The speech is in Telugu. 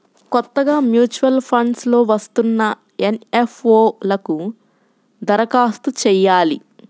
కొత్తగా మూచ్యువల్ ఫండ్స్ లో వస్తున్న ఎన్.ఎఫ్.ఓ లకు దరఖాస్తు చెయ్యాలి